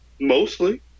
Mostly